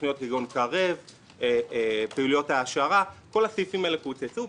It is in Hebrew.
תכניות --- פעילויות העשרה כל הסעיפים האלה קוצצו.